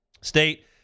State